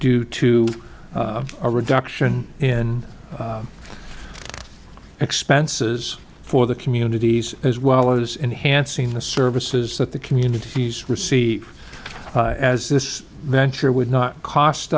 due to a reduction in expenses for the communities as well as enhancing the services that the communities receive as this venture would not cost